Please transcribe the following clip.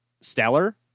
stellar